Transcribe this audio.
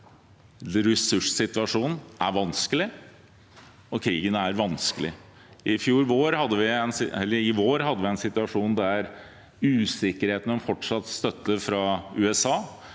ressurssituasjonen er vanskelig. Krigen er vanskelig. I vår hadde vi en situasjon der usikkerheten om fortsatt støtte fra USA